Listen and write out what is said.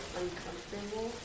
uncomfortable